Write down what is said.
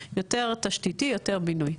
יותר תשתיתית יותר בינוי.